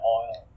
oil